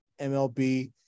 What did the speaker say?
MLB